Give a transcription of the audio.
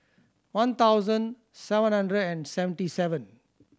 one thousand seven hundred and seventy seven